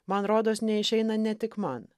man rodos neišeina ne tik man